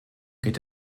geht